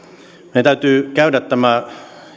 meidän täytyy käydä tämä